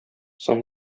соң